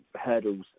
hurdles